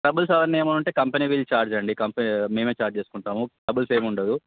troubles అవన్నీ ఏమైన ఉంటే కంపెనీ విల్ ఛార్జ్ అండి కంపెనీ మేము ఛార్జ్ చేసుకుంటాము ట్రబుల్స్ ఏమి ఉండదు